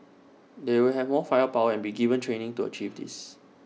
they will have more firepower and be given training to achieve this